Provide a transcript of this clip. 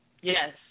Yes